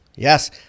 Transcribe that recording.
Yes